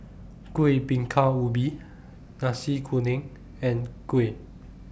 Kuih Bingka Ubi Nasi Kuning and Kuih